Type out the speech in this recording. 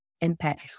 impact